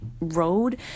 road